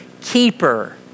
keeper